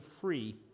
free